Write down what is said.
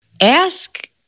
ask